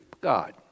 God